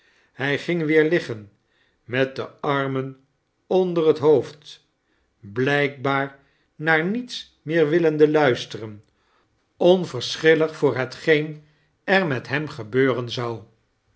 hij ging weer liggen met de armen onder het hoofd blijkbaar naar niets meer willende luisteren onverschillig voor hetgeen er met hem gebeuren zou